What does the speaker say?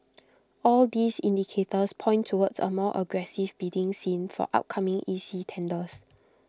all these indicators point towards A more aggressive bidding scene for upcoming E C tenders